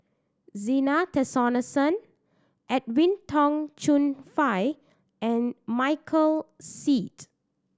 Zena Tessensohn Edwin Tong Chun Fai and Michael Seet